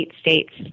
states